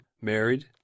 Married